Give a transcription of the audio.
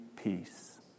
peace